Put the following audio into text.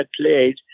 played